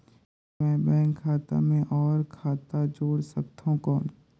मैं बैंक खाता मे और खाता जोड़ सकथव कौन?